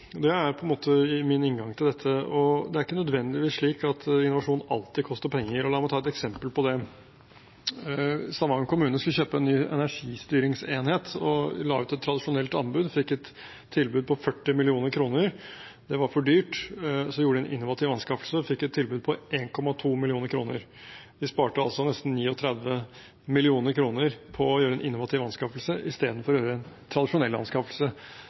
alltid koster penger. La meg ta et eksempel på det. Stavanger kommune skulle kjøpe en ny energistyringsenhet og la ut et tradisjonelt anbud. De fikk et tilbud på 40 mill. kr. Det var for dyrt. Så gjorde de en innovativ anskaffelse og fikk et tilbud på 1,2 mill. kr. De sparte altså nesten 39 mill. kr på å gjøre en innovativ anskaffelse i stedet for å gjøre en tradisjonell anskaffelse.